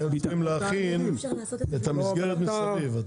כי הם צריכים להכין את המסגרת מסביב.